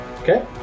Okay